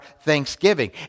thanksgiving